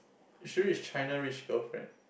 you should read China-Rich-Girlfriend